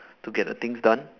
to get the things done